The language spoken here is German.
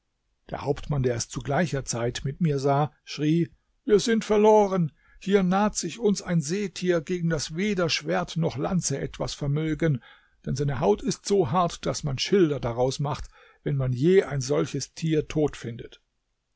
der hauptmann der es zu gleicher zeit mit mir sah schrie wir sind verloren hier naht sich uns ein seetier gegen das weder schwert noch lanze etwas vermögen denn seine haut ist so hart daß man schilder daraus macht wenn man je ein solches tier tot findet